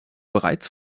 bereits